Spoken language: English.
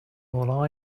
all